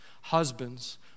Husbands